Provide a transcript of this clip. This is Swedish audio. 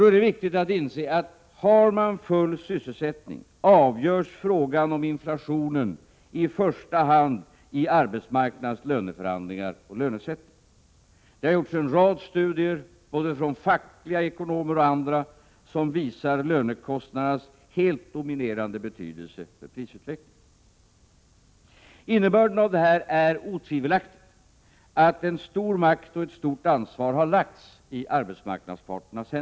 Det är viktigt att inse att frågan om inflationens storlek — om vi har full sysselsättning — i första hand avgörs i arbetsmarknadens löneförhandlingar och lönesättning. Det har gjorts en rad studier av både fackliga ekonomer och andra som visar lönekostnadernas helt dominerande betydelse för prisutvecklingen. Innebörden av detta är otvivelaktigt att en stor makt och ett stort ansvar har lagts i arbetsmarknadsparternas händer.